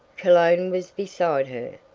cologne was beside her,